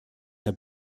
herr